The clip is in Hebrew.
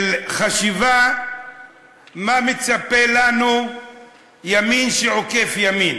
של חשיבה מה מצפה לנו מימין שעוקף ימין.